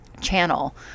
channel